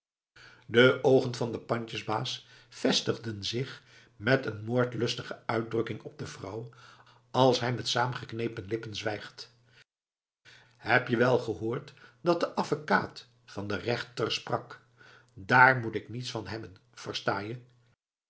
de oogen van den pandjesbaas vestigen zich met een moordlustige uitdrukking op de vrouw als hij met saamgeknepen lippen zwijgt heb je wel gehoord dat de avekaat van den rechter sprak daar moet ik niets van hebben versta je